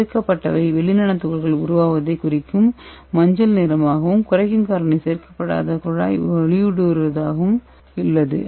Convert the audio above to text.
சேர்க்கப்பட்டவை வெள்ளி நானோ துகள்கள் உருவாவதைக் குறிக்கும் மஞ்சள் நிறமாகவும் குறைக்கும் காரணி சேர்க்கப்படாத குழாய் ஒளியூடுருவுவதாகவும் உள்ளது